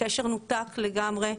הקשר נותק לגמרי.